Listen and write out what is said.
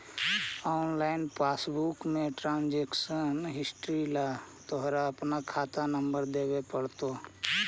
online passbook में transaction history ला तोरा अपना खाता नंबर देवे पडतो